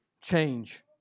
change